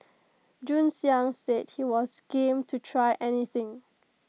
Jun Xiang said he was game to try anything